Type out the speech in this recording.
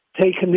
taken